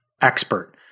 expert